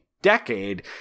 decade